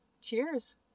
Cheers